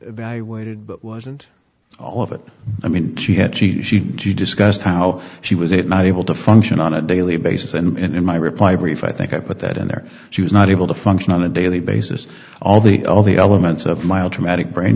evaluated but wasn't all of it i mean she had she she didn't she discussed how she was it not able to function on a daily basis and in my reply brief i think i put that in there she was not able to function on a daily basis all the all the elements of mild traumatic brain